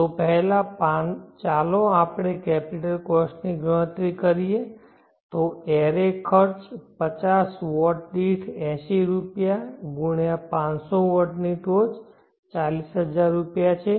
તો પહેલાં ચાલો આપણે કેપિટલ કોસ્ટની ગણતરી કરીએ તો એરે ખર્ચ પચાસ વોટ દીઠ એંસી રૂપિયા × 500 વોટની ટોચ 40000 રૂપિયા છે